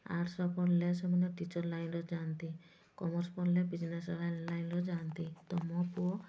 ଆର୍ଟ୍ସ୍ରେ ପଢ଼ିଲେ ସେମାନେ ଟିଚର୍ ଲାଇନ୍ରେ ଯାଆନ୍ତି କମର୍ସ ପଢ଼ିଲେ ବିଜନେସ୍ ଲାଇନ୍ରେ ଯାଆନ୍ତି ତ ମୋ ପୁଅ